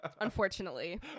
unfortunately